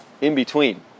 in-between